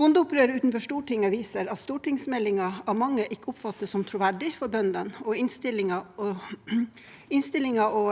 Bondeopprøret utenfor Stortinget viser at stortingsmeldingen av mange ikke oppfattes som troverdig for bøndene, og innstillingen og